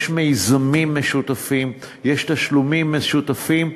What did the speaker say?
יש מיזמים משותפים, יש תשלומים משותפים,